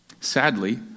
Sadly